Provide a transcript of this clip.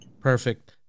Perfect